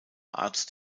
arzt